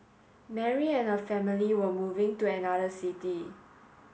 Mary and her family were moving to another city